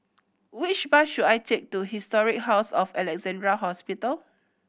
which bus should I take to Historic House of Alexandra Hospital